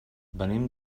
venim